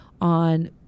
on